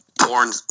Porn